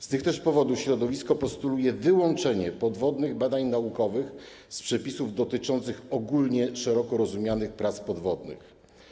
Z tych też powodów środowisko postuluje wyłączenie podwodnych badań naukowych z przepisów dotyczących ogólnie szeroko rozumianych prac podwodnych.